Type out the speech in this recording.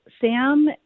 Sam